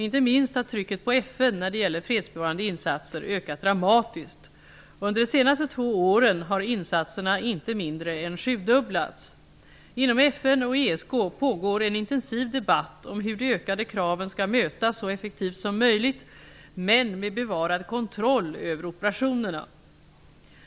Inte minst har trycket på FN när det gäller fredsbevarande insatser ökat dramatiskt. Under de senaste två åren har insatserna inte mindre än sjudubblats. Inom FN och ESK pågår en intensiv debatt om hur de ökade kraven skall mötas så effektivt som möjligt, men med bevarad kontroll över operationerna.